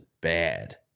bad